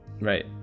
Right